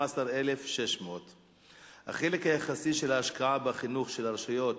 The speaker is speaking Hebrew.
12,600. החלק היחסי של ההשקעה בחינוך של הרשויות